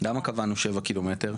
למה קבענו 7 ק"מ?